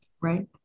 Right